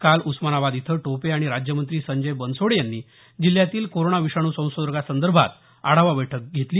काल उस्मानाबाद इथं टोपे आणि राज्यमंत्री संजय बनसोडे यांनी जिल्ह्यातील कोरोना विषाणू संसर्गासंदर्भात आढावा बैठक झाली